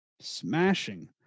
smashing